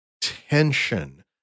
tension